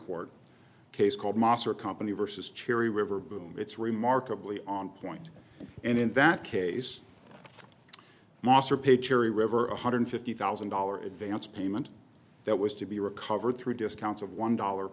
court case called moss or company versus cherry river boom it's remarkably on point and in that case mossop a cheery river one hundred fifty thousand dollar advance payment that was to be recovered through discounts of one dollar